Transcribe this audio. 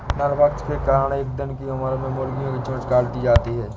नरभक्षण के कारण एक दिन की उम्र में मुर्गियां की चोंच काट दी जाती हैं